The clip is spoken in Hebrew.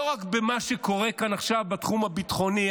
לא רק במה שקורה כאן עכשיו בתחום הביטחוני,